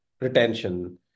retention